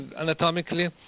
anatomically